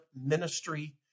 ministry